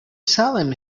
salem